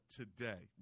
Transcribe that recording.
today